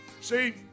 See